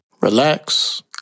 relax